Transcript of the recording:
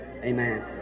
Amen